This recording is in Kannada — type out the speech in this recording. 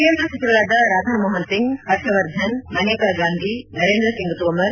ಕೇಂದ್ರ ಸಚಿವರಾದ ರಾಧಾ ಮೋಹನ್ಸಿಂಗ್ ಹರ್ಷವರ್ಧನ್ ಮನೇಕಾ ಗಾಂಧಿ ನರೇಂದ್ರ ಸಿಂಗ್ ತೋಮರ್